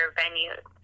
venues